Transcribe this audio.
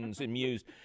amused